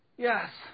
Yes